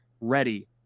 ready